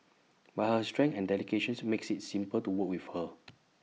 but her strength and dedication makes IT simple to work with her